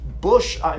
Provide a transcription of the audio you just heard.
Bush